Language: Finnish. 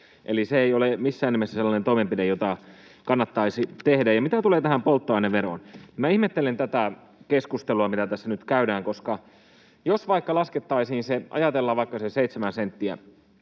Eli se ei ole missään nimessä sellainen toimenpide, jota kannattaisi tehdä. Mitä tulee tähän polttoaineveroon, niin ihmettelen tätä keskustelua, mitä tässä nyt käydään, koska jos vaikka laskettaisiin se ajatellaan vaikka seitsemän senttiä,